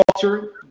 culture